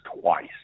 twice